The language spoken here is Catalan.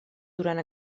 durant